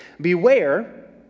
Beware